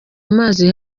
amazi